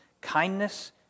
kindness